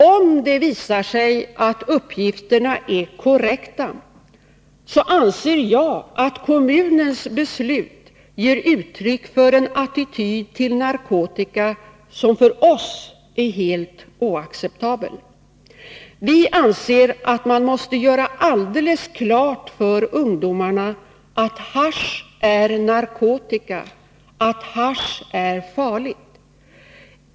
Om det visar sig att uppgifterna är korrekta, anser jag att kommunens beslut ger uttryck för en attityd till narkotika som för oss är helt oacceptabel. Vi anser att man måste göra alldeles klart för ungdomarna att hasch är narkotika, att hasch är farligt.